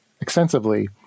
extensively